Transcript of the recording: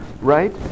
right